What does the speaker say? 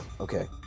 Okay